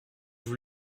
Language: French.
vous